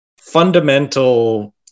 fundamental